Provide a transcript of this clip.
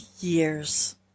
years